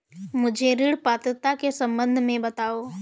मुझे ऋण पात्रता के सम्बन्ध में बताओ?